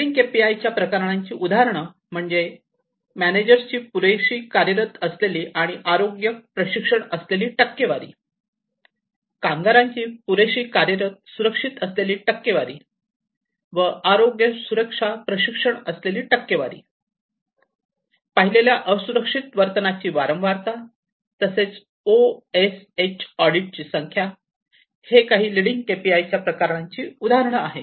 leading K P I च्या प्रकारांची उदाहरण म्हणजे म्हणून मॅनेजर्सची पुरेशी कार्यरत असलेली आणि आरोग्य सुरक्षा प्रशिक्षण असलेली टक्केवारी कामगारांची पुरेशी कार्यरत सुरक्षित असलेली टक्केवारी व आरोग्य सुरक्षा प्रशिक्षण असलेली टक्केवारी पाहिलेल्या असुरक्षित वर्तनाची वारंवारता तसेच ओ एस एच ऑडिट ची संख्या हे काही लिडिंग के पी आय च्या प्रकारांची उदाहरण आहेत